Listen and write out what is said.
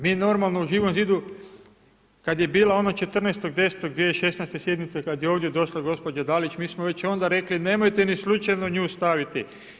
Mi normalno u Živom zidu, kada je bilo ono 14.10.2016. sjednica, kada je ovdje došla gospođa Dalić, mi smo onda već rekli, nemojte ni slučajno nju staviti.